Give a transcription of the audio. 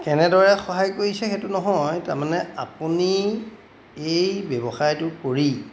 কেনেদৰে সহায় কৰিছে সেইটো নহয় তাৰমানে আপুনি এই ব্যৱসায়টো কৰি